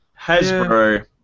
Hasbro